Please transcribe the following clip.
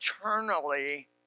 eternally